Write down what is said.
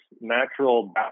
natural